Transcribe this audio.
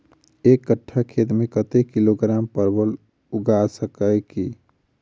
एक कट्ठा खेत मे कत्ते किलोग्राम परवल उगा सकय की??